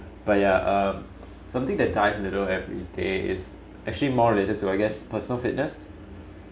but yeah uh something that dies little everyday is actually more related to I guess personal fitness